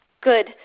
Good